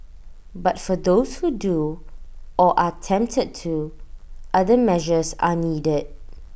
but for those who do or are tempted to other measures are needed